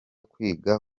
kwiga